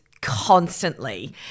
constantly